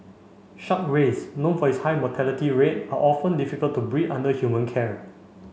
shark rays known for its high mortality rate are often difficult to breed under human care